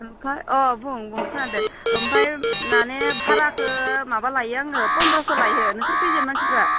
आमफ्राय अह बुं बुं खोनादो आमफ्राय माने भाराखो माबा लायो आङो पन्द्रश' लायो नोंसोर खैजन मानसिफोरा